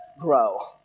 grow